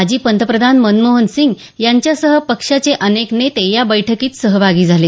माजी पंतप्रधान मनमोहन सिंग यांच्यासह पक्षाचे अनेक नेते या बैठकीत सहभागी झाले